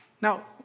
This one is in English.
Now